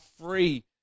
free